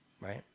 right